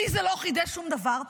לי זה לא חידש שום דבר.